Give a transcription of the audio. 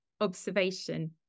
observation